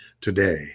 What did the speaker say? today